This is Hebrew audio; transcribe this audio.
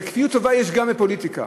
וכפיות טובה יש גם בפוליטיקה,